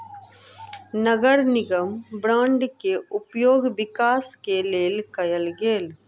नगर निगम बांड के उपयोग विकास के लेल कएल गेल